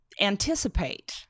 anticipate